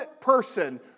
person